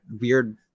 weird